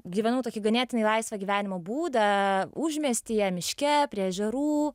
gyvenau tokį ganėtinai laisvą gyvenimo būdą užmiestyje miške prie ežerų